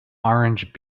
orange